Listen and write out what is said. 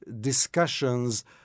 discussions